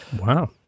wow